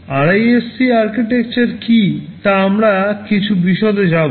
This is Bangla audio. আরআইএসসি আর্কিটেকচার কী তা আমরা কিছু বিশদে যাব